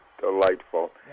delightful